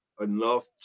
enough